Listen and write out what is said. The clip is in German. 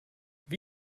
wie